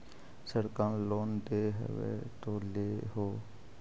सरकार लोन दे हबै तो ले हो?